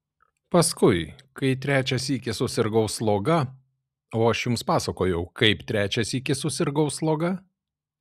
paskui kai trečią sykį susirgau sloga o aš jums pasakojau kaip trečią sykį susirgau sloga